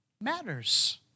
matters